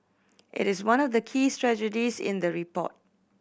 it is one of the key strategies in the report